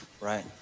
right